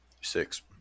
Six